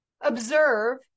Observe